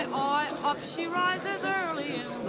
and up she rises, early in